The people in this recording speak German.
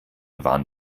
waren